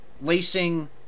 lacing